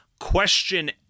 question